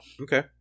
Okay